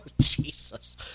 Jesus